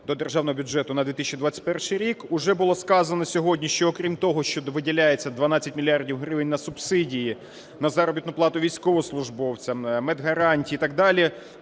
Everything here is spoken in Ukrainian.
до Державного бюджету на 2021 рік. Уже було сказано сьогодні, що окрім того, що виділяється 12 мільярдів гривень на субсидії, на заробітну плату військовослужбовцям, медгарантії і так